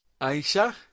Aisha